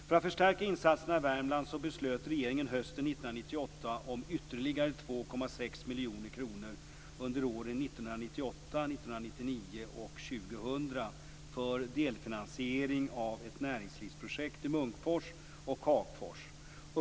För att förstärka insatserna i Värmland beslöt regeringen hösten 1998 om ytterligare 2,6 miljoner kronor under åren 1998, 1999 och 2000 för delfinansiering av ett näringslivsprojekt i Munkfors och Hagfors.